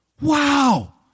Wow